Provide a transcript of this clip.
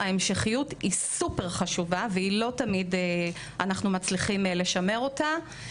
ההמשכיות חשובה מאוד ולא תמיד אנחנו מצליחים לשמר אותה.